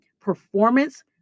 performance